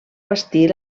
bastir